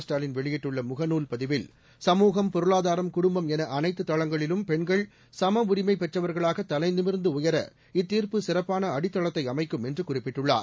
ஸ்டாலின் வெளியிட்டுள்ள முகநூல் பதிவில் சமுகம் பொருளாதாரம் குடும்பம் என அனைத்து தளங்களிலும் பெண்கள் சம உரிமை பெற்றவர்களாக தலைநிமிர்ந்து உயர இத்தீர்ப்பு சிறப்பான அடித்தளத்தை அமைக்கும் என்று குறிப்பிட்டுள்ளார்